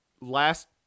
last